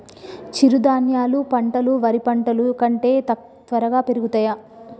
చిరుధాన్యాలు పంటలు వరి పంటలు కంటే త్వరగా పెరుగుతయా?